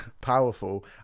powerful